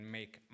make